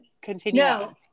continue